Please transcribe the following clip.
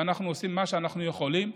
ואנחנו עושים מה שאנחנו יכולים.